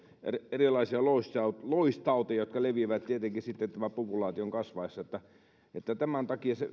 erilaisia loistauteja loistauteja jotka leviävät tietenkin sitten tämän populaation kasvaessa tämän takia tämä